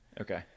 Okay